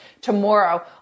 tomorrow